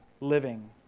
living